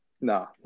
No